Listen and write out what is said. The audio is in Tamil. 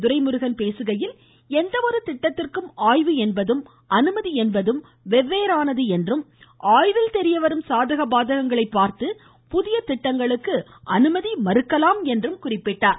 துரைமுருகன் பேசுகையில் எந்தவொரு திட்டத்திற்கும் ஆய்வு என்பதும் அனுமதி என்பதும் வெவ்வேறானது என்றும் ஆய்வில் தெரியவரும் சாதக பாதகங்களை பார்த்து புதிய திட்டங்களுக்கு அனுமதி மறுக்கலாம் என்றும் குறிப்பிட்டார்